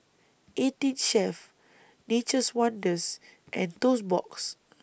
eighteen Chef Nature's Wonders and Toast Box